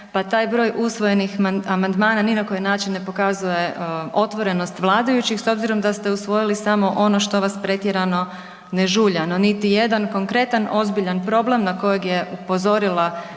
pa taj broj usvojenih amandmana ni na koji način ne pokazuje otvorenost vladajućih s obzirom da ste usvojili samo ono što vas pretjerano ne žulja no niti jedan konkretan ozbiljan problem na kojeg je upozorila